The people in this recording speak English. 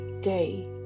day